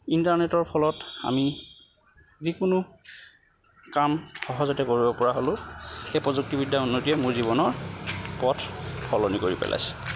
ইণ্টাৰনেটৰ ফলত আমি যিকোনো কাম সহজতে কৰিব পৰা হ'লোঁ এই প্ৰযুক্তিবিদ্যাৰ উন্নতিয়ে মোৰ জীৱনৰ পথ সলনি কৰি পেলাইছে